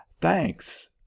Thanks